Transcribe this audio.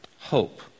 hope